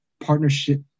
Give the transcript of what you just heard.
partnership